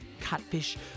Catfish